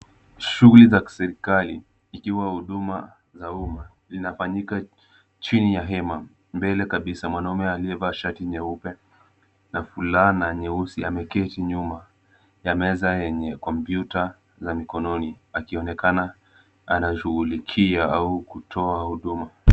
Shughuli za kiserikali ikiwa huduma za umma zinafanyika chini ya hema. Mbele kabisa, mwanaume aliyevaa shati nyeupe na fulana nyeusi ameketi nyuma ya meza yenye kompyuta za mikononi akionekana anashughulikia au kutoa huduma.